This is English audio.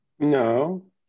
No